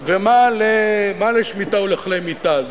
ומה לשמיטה ולכלי מיטה.